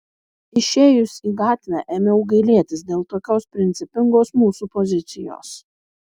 išėjus į gatvę ėmiau gailėtis dėl tokios principingos mūsų pozicijos